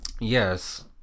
Yes